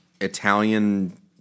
Italian